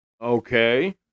Okay